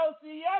association